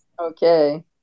Okay